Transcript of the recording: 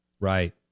Right